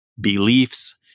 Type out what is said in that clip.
beliefs